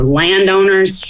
landowners